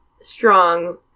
strong